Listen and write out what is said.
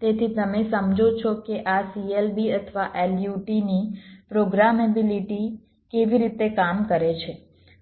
તેથી તમે સમજો છો કે આ CLB અથવા LUT ની પ્રોગ્રામેબિલિટી કેવી રીતે કામ કરે છે